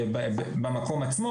במקום עצמו,